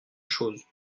chose